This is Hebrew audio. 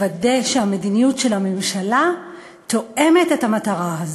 לוודא שהמדיניות של הממשלה תואמת את המטרה הזאת.